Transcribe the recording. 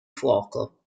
fuoco